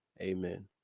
amen